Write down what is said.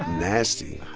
nasty.